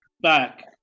back